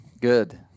Good